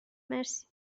مرسی